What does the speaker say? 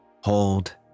hold